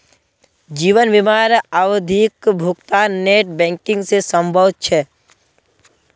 जीवन बीमार आवधिक भुग्तान नेट बैंकिंग से संभव छे?